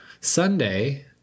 Sunday